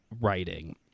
writing